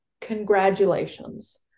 congratulations